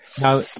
Now